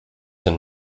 den